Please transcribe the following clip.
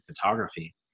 photography